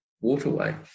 waterway